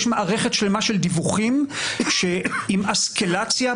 יש מערכת שלמה של דיווחים עם אסקלציה,